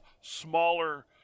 smaller